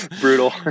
Brutal